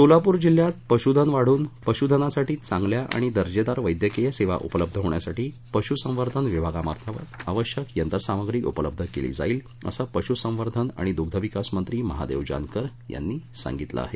सोलापूर जिल्ह्यात पशूधन वाढून पशुधनासाठी चांगल्या आणि दर्जेदार वैद्यकीय सेवा उपलब्ध होण्यासाठी पशूसंवर्धन विभागामार्फत आवश्यक यंत्रसामग्री उपलब्ध केली जाईल असं पशूसंवर्धन आणि द्ग्धविकास मंत्री महादेव जानकर यांनी सांगितलं आहे